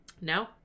No